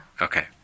Okay